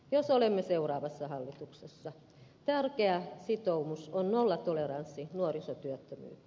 jos olemme seuraavassa hallituksessa tärkeä sitoumus on nollatoleranssi nuorisotyöttömyyteen